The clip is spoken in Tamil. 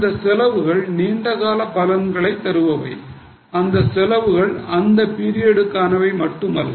இந்த செலவுகள் நீண்ட கால பலன்களை தருபவை இந்த செலவுகள் அந்த பீரியடுகானவை மட்டுமல்ல